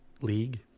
league